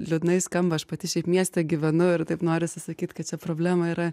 liūdnai skamba aš pati šiaip mieste gyvenu ir taip norisi sakyt kad čia problema yra